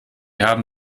haben